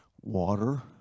water